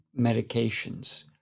medications